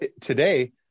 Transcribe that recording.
today